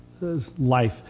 life